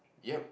yup